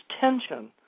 tension